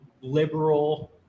liberal